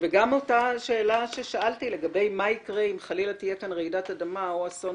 וגם עולה השאלה מה יקרה אם חלילה תהיה כאן רעידת אדמה או אסון